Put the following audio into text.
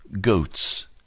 goats